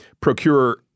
procure